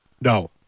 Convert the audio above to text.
no